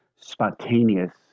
spontaneous